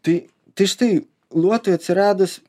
tai tai štai luotui atsiradus